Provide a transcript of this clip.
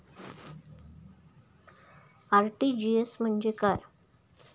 RTGS म्हणजे काय?